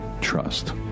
trust